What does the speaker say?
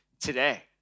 today